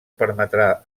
permetrà